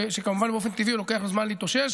שכמובן באופן טבעי לוקח לו זמן להתאושש.